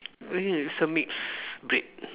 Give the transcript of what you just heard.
it's a mix breed